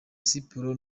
siporo